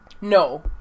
No